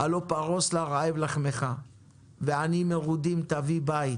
"הלוא פרס לרעב לחמך ועניים מרודים תביא בית